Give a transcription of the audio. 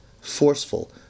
forceful